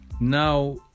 now